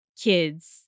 kids